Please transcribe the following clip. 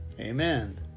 Amen